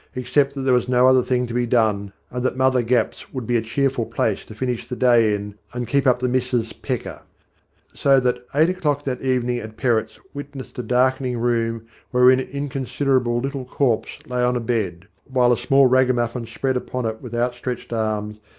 except that there was no other thing to be done, and that mother gapp's would be a cheerful place to finish the day in, and keep up the missis's pecker. so that eight o'clock that evening at perrotts' witnessed a darkening room wherein an incon siderable little corpse lay on a bed while a small ragamuffin spread upon it with outstretched arms,